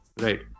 Right